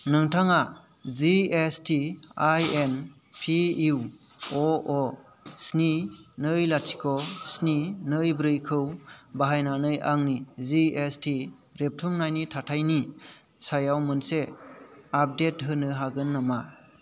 नोंथाङा जिएसटिआइएन पिइउअअ स्नि नै लाथिख' स्नि नै ब्रैखौ बाहायनानै आंनि जिएसटि रेबथुमनायनि थाथायनि सायाव मोनसे आपडेट होनो हागोन नामा